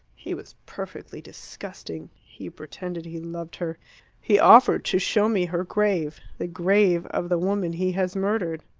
he was perfectly disgusting he pretended he loved her he offered to show me her grave the grave of the woman he has murdered!